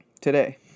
today